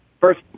First